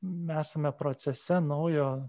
esame procese naujo